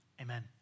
amen